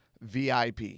VIP